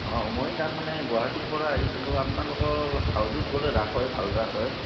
অঁ মই তাৰমানে গুৱাহাটীৰ পৰা আহিছিলোঁ আপোনালোকৰ হাউলীত বোলে ৰাস হয় ভাল ৰাস হয়